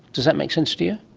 does that make sense to you?